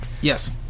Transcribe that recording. Yes